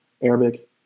Arabic